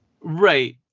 right